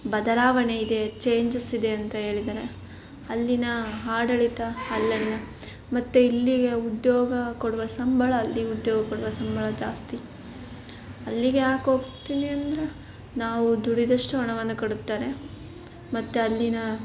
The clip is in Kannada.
ಬದಲಾವಣೆ ಇದೆ ಚೇಂಜಸ್ ಇದೆ ಅಂತ ಹೇಳಿದಾರೆ ಅಲ್ಲಿನ ಆಡಳಿತ ಮತ್ತು ಇಲ್ಲಿಯ ಉದ್ಯೋಗ ಕೊಡುವ ಸಂಬಳ ಅಲ್ಲಿ ಉದ್ಯೋಗ ಕೊಡುವ ಸಂಬಳ ಜಾಸ್ತಿ ಅಲ್ಲಿಗೆ ಯಾಕೆ ಹೋಗ್ತೀನಿ ಅಂದರೆ ನಾವು ದುಡಿದಷ್ಟು ಹಣವನ್ನ ಕೊಡುತ್ತಾರೆ ಮತ್ತು ಅಲ್ಲಿನ